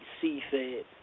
C-Fed